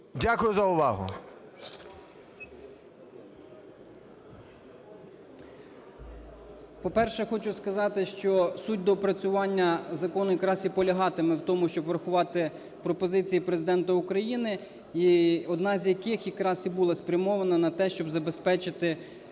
МОКАН В.І. По-перше, хочу сказати, що суть доопрацювання закону якраз і полягатиме в тому, щоб врахувати пропозиції Президента України, і одна з яких якраз і була спрямована на те, щоб забезпечити